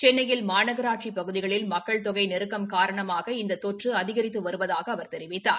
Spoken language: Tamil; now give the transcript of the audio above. சென்னையில் மாநகராட்சிப் பகுதிகளில் மக்கள் தொகை நெருக்கம் காரணமாக இந்த தொற்று அதிகரித்து வருவதாகக் கூறினார்